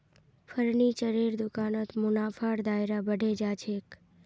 फर्नीचरेर दुकानत मुनाफार दायरा बढ़े जा छेक